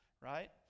right